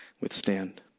withstand